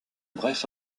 bref